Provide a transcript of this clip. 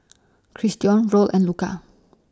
Christion Roll and Luka